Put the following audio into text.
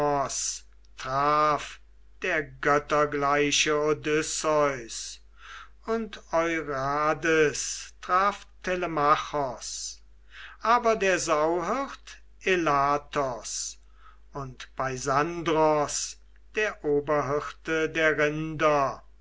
der göttergleiche odysseus und euryades traf telemachos aber der sauhirt elatos und peisandros der oberhirte der rinder